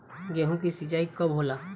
गेहूं के सिंचाई कब होला?